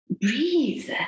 breathe